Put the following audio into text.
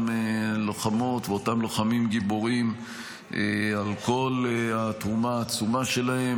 לוחמות ואותם לוחמים גיבורים על כל התרומה העצומה שלהם,